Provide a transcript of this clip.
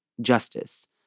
justice